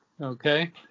Okay